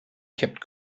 kept